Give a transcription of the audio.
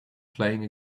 playing